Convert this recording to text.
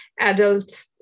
adult